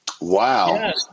Wow